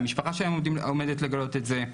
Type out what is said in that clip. המשפחה שלהם עומדת לגלות את זה,